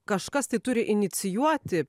kažkas tai turi inicijuoti